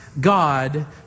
God